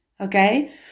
Okay